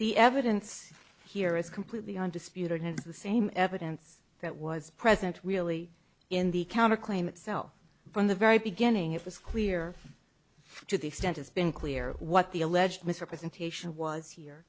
the evidence here is completely undisputed has the same evidence that was present really in the counterclaim itself from the very beginning it was clear to the extent it's been clear what the alleged misrepresentation was here